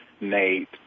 Nate